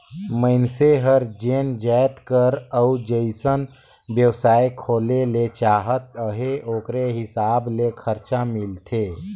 मइनसे हर जेन जाएत कर अउ जइसन बेवसाय खोले ले चाहत अहे ओकरे हिसाब ले खरचा मिलथे